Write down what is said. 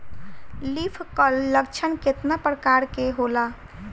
Leaf curl लक्षण केतना परकार के होला?